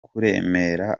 kuremera